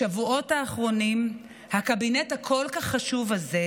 בשבועות האחרונים הקבינט הכל-כך חשוב הזה,